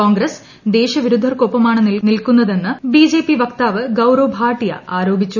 കോൺഗ്രസ് ദേശവിരുദ്ധർക്കൊപ്പമാണ് നിൽക്കുന്നതെന്ന് ബിജെപി വക്താവ് ഗൌരവ് ഭാട്ടിയ ആരോപിച്ചു